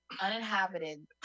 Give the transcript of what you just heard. uninhabited